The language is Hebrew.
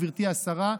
גברתי השרה,